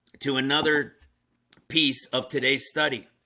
to another piece of today's study